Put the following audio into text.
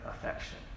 affection